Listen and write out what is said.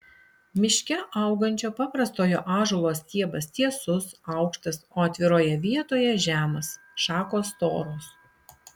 miške augančio paprastojo ąžuolo stiebas tiesus aukštas o atviroje vietoje žemas šakos storos